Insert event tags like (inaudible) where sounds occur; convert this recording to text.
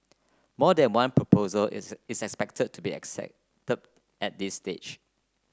more than one proposal is (unintelligible) is expected to be accepted at this stage